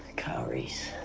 kyle reese.